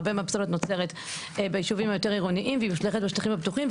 הרבה מהפסולת נוצרת בישובים היותר עירוניים והיא מושלכת בשטחים הפתוחים.